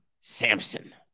Samson